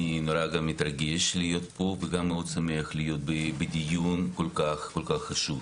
אני מתרגש להיות פה וגם מאוד שמח להיות בדיון כל כך חשוב.